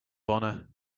honor